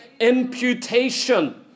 Imputation